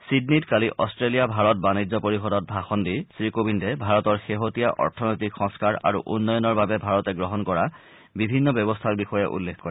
চিডনীত কালি অষ্টেলিয়া ভাৰত বাণিজ্য পৰিষদত ভাষণ দি শ্ৰী কোবিন্দে ভাৰতৰ শেহতীয়া অৰ্থনৈতিক সংস্থাৰ আৰু উন্নয়নৰ বাবে ভাৰতে গ্ৰহণ কৰা বিভিন্ন ব্যৱস্থাৰ বিষয়ে উল্লেখ কৰে